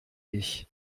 ich